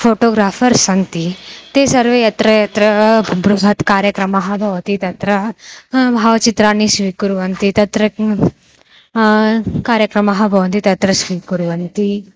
photographers सन्ति ते सर्वे यत्र यत्र बृहत् कार्यक्रमः भवति तत्र भावचित्राणि स्वीकुर्वन्ति तत्र किं कार्यक्रमः भवन्ति तत्र स्वीकुर्वन्ति